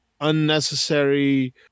unnecessary